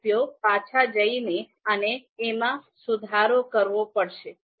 ત્યાં થોડી ભૂલ છે તેથી મને ફરી પાછા જઈ અને એમાં સુધારો કરવો પડશે